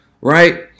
right